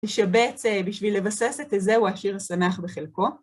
לשבץ בשביל לבסס את איזהו עשיר השמח בחלקו.